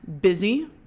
busy